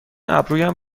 ابرویم